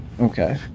Okay